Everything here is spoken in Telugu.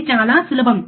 ఇది చాలా సులభం